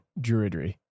Druidry